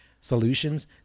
solutions